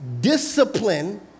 discipline